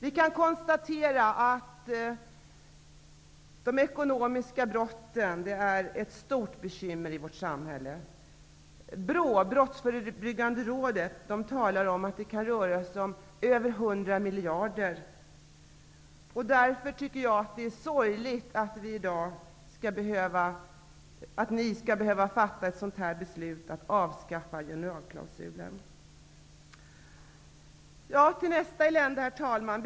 Vi kan konstatera att de ekonomiska brotten utgör ett stort bekymmer i vårt samhälle. Brottsförebyggande rådet, BRÅ, talar om att det kan röra sig om över 100 miljarder. Därför tycker jag att det är sorgligt att ni i dag skall fatta ett beslut om att avskaffa generalklausulen. Herr talman!